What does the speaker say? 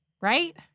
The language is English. Right